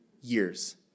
years